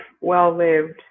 well-lived